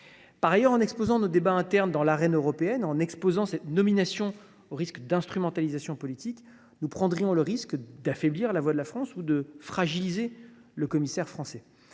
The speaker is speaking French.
Par ailleurs, en projetant nos débats internes dans l’arène européenne et en exposant cette nomination au risque d’instrumentalisation politique, nous prendrions le risque d’affaiblir la voix de la France et de fragiliser le commissaire français.